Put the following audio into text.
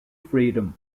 freedom